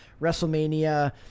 WrestleMania